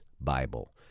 Bible